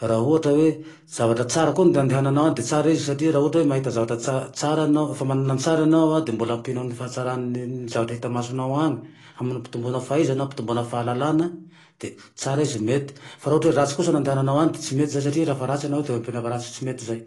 raha ohatra oe zavatra tsara koa ny andehananao agne de tsara izy satria, ohatra hoe mahita zavatra tsa-tsara enao, rehefa manana ny tsara enao a, de mbola ampinao ny fahatsarany le zavatra hita masonao agne, hanampitomboanao fahaizana, hampitomboana fahalalana, de tsara izy mety, fa ohatra ka ratsy koa ny andehananao agne tsy mety zay satria rehefa ratsy enao de ampia hafa ratsy, tsy mety zay